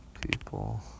people